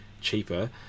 cheaper